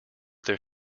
their